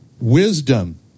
wisdom